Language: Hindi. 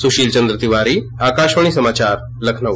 सुशील चन्द्र तिवारी आकाशवाणी समाचार लखनऊ